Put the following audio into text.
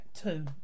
Two